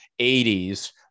80s